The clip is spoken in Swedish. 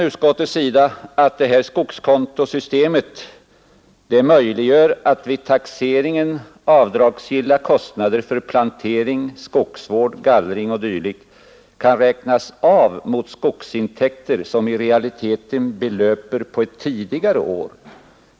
Utskottet framhåller ”att skogskontosystemet möjliggör att vid taxeringen avdragsgilla kostnader för plantering, skogsvård, gallring o. d. kan räknas av mot skogsintäkter som i realiteten belöper på ett tidigare år.